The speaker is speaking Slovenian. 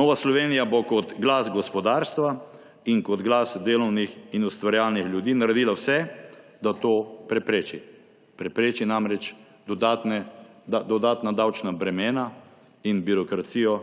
Nova Slovenija bo kot glas gospodarstva ter kot glas delovnih in ustvarjalnih ljudi naredila vse, da to prepreči, prepreči namreč dodatna davčna bremena in birokracijo,